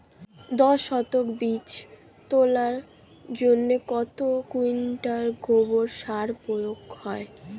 দশ শতক বীজ তলার জন্য কত কুইন্টাল গোবর সার প্রয়োগ হয়?